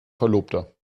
verlobter